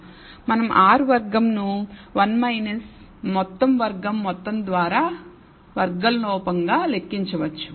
మనం R వర్గం ను 1 మొత్తం వర్గం మొత్తం ద్వారా వర్గం లోపం గా లెక్కించవచ్చు